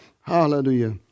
Hallelujah